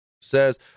Says